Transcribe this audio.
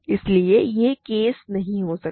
इसलिए यह केस नहीं हो सकता